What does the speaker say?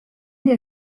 der